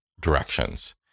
directions